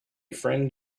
friend